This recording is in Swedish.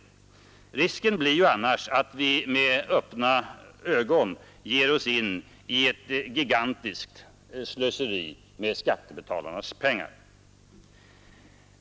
Risken är ju annars att vi med öppna ögon ger oss in i ett gigantiskt slöseri med skattebetalarnas pengar.